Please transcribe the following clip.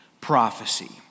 prophecy